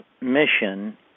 mission